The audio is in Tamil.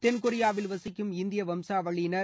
தென்கொரியாவில் வசிக்கும் இந்திய வம்சாவளியினர்